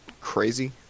crazy